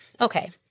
Okay